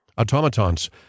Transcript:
Automatons